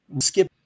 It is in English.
skip